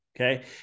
Okay